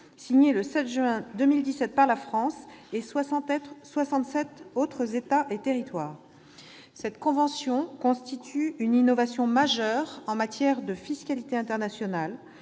Signée le 7 juin 2017 par la France et par soixante-sept autres États et territoires, cette convention constitue une innovation majeure en matière de fiscalité internationale